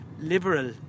liberal